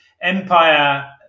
empire